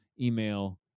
email